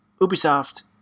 Ubisoft